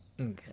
Okay